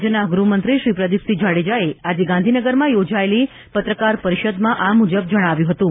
રાજ્યના ગૃહમંત્રી શ્રી પ્રદીપસિંહ જાડેજાએ આજે ગાંધીનગરમાં યોજાયેલી પત્રકાર પરિષદમાં આ મુજબ જણાવ્યું હતું